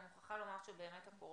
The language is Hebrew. אני מוכרחה לומר שהקורונה,